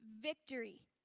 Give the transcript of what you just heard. victory